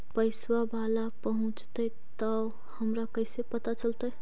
पैसा बाला पहूंचतै तौ हमरा कैसे पता चलतै?